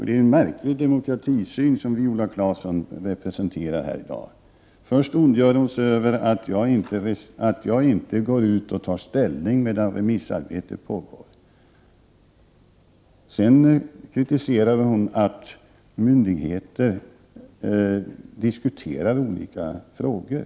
Det är en märklig demokratisyn Viola Claesson representerar här i dag. Först ondgör hon sig över att jag inte går ut och tar ställning medan remissarbete pågår, sedan kritiserar hon att myndigheter diskuterar olika frågor.